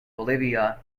bolivia